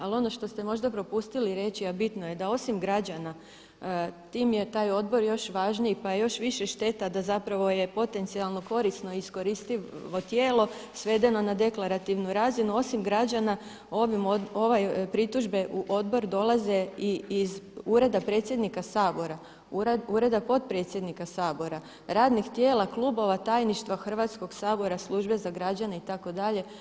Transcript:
Ali ono što ste možda propustili reći, a bitno je da osim građana tim je taj odbor još važniji pa je još više šteta da zapravo je potencijalno korisno iskoristivo tijelo svedeno na deklarativnu razinu, osim građana ove pritužbe u odbor dolaze iz Ureda predsjednika Sabora, Ureda potpredsjednika Sabora, radnih tijela klubova, tajništva Hrvatskog sabora, službe za građane itd.